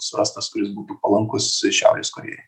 surastas kuris būtų palankus šiaurės korėjai